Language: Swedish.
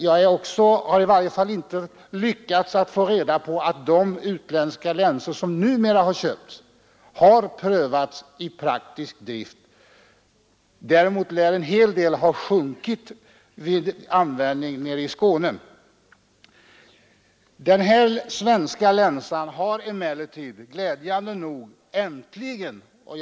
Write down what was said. Jag har inte lyckats få reda på att de utländska länsor, som numera har köpts, har prövats i praktisk drift. Däremot lär en del ha sjunkit vid användning nere i Skåne. Den här svenska länsan, som jag nu visar en bild av på TV-skärmen, har emellertid glädjande nog äntligen prövats.